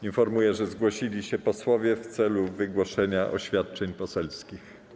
Informuję, że zgłosili się posłowie w celu wygłoszenia oświadczeń poselskich.